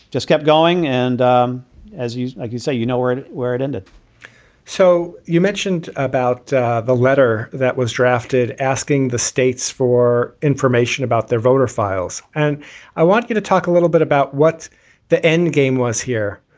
just kept going. and um as you like can say, you know where where it ended so you mentioned about the letter that was drafted asking the states for information about their voter files. and i want you to talk a little bit about what the end game was here.